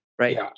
Right